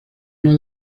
una